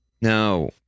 No